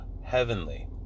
heavenly